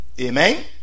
Amen